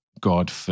God